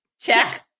check